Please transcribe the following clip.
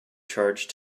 charge